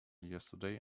yesterday